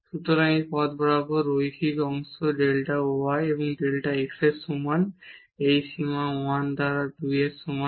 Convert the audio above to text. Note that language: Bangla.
সুতরাং এই পথ বরাবর রৈখিক অংশ ডেল্টা y হল ডেল্টা x এর সমান এই সীমা 1 দ্বারা 2 এর সমান